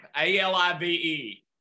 A-L-I-V-E